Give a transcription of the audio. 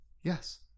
Yes